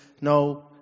No